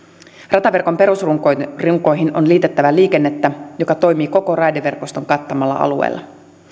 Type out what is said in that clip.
rataverkon perusrunkoihin on liitettävä liikennettä joka toimii koko raideverkoston kattamalla alueella